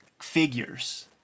figures